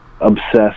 obsessed